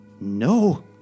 No